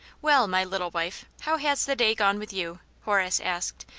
well, my little wife, how has the day gone with you? horace asked,